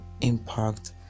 impact